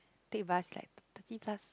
take bus like thirty plus